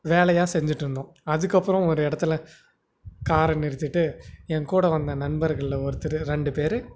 வேலையாக செஞ்சுட்ருந்தோம் அதுக்கப்புறம் ஒரு இடத்துல காரை நிறுத்திவிட்டு என் கூட வந்த நண்பர்களில் ஒருத்தர் ரெண்டு பேர்